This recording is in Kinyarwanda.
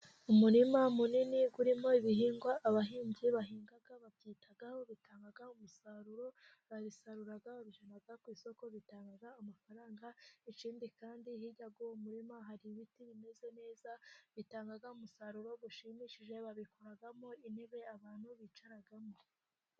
Umurima munini urimo ibihingwa, abahinzi bahinga babyitaho bitanga umusaruro babisarura, bajyana ku isoko bitanga amafaranga, ikindi kandi hirya y' uwo murima hari ibiti bimeze neza bitanga umusaruro, ushimishije babikuramo intebe abantu bicaraho.